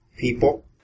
people